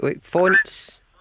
Fonts